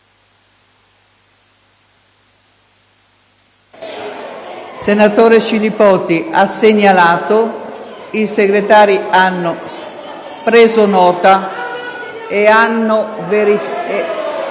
senatore Scilipoti ha segnalato, i senatori Segretari hanno preso nota ed hanno verificato.